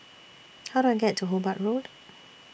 How Do I get to Hobart Road